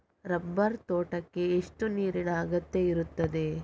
Rubber ತೋಟಕ್ಕೆ ಎಷ್ಟು ನೀರಿನ ಅಗತ್ಯ ಇರುತ್ತದೆ?